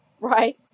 right